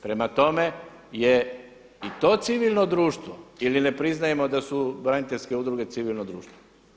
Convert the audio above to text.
Prema tome jel' i to civilno društvo ili ne priznajemo da su braniteljske udruge civilno društvo?